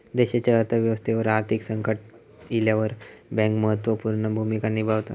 देशाच्या अर्थ व्यवस्थेवर आर्थिक संकट इल्यावर बँक महत्त्व पूर्ण भूमिका निभावता